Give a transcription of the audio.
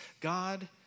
God